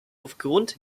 aufgrund